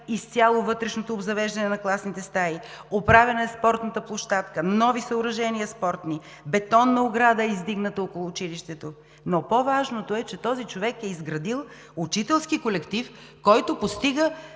изцяло вътрешното обзавеждане на класните стаи, оправена е спортната площадка, нови спортни съоръжения, около училището е издигната бетонна ограда. Но по-важното е, че този човек е изградил учителски колектив, който постига